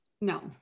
No